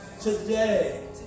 Today